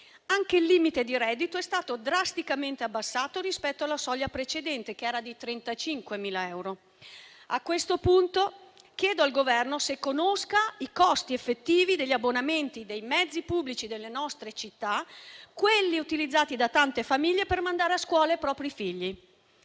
Anche il limite di reddito è stato drasticamente abbassato rispetto alla soglia precedente, che era di 35.000 euro. A questo punto, chiedo al Governo se conosca i costi effettivi degli abbonamenti dei mezzi pubblici delle nostre città, utilizzati da tante famiglie per mandare a scuola i propri figli.